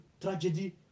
tragedy